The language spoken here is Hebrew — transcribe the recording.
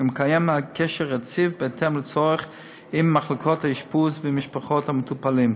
ומקיים קשר רציף בהתאם לצורך עם מחלקות האשפוז ועם משפחות המטופלים.